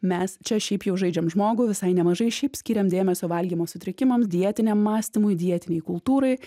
mes čia šiaip jau žaidžiam žmogų visai nemažai šiaip skiriam dėmesio valgymo sutrikimams dietiniam mąstymui dietinei kultūrai